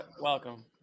Welcome